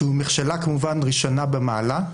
שזו מכשלה כמובן ראשונה במעלה,